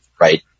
right